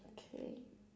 okay